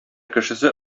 кешесе